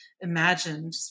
imagined